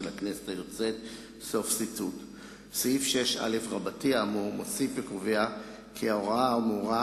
הכנסת היוצאת"; סעיף 6א(א) האמור מוסיף וקובע כי ההוראה האמורה,